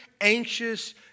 anxious